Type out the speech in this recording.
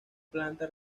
planta